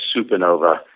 supernova